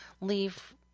leave